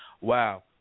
wow